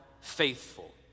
faithful